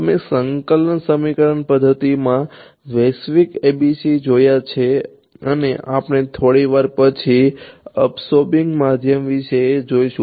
તમે સંકલન સમીકરણ પદ્ધતિઓમાં વૈશ્વિક ABCs જોયા છે અને આપણે થોડી વાર પછી અબ્સોર્બિંગ માધ્યમ વિશે જોઈશું